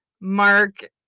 Mark